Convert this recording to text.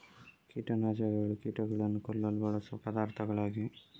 ಕೀಟ ನಾಶಕಗಳು ಕೀಟಗಳನ್ನು ಕೊಲ್ಲಲು ಬಳಸುವ ಪದಾರ್ಥಗಳಾಗಿವೆ